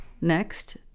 next